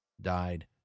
died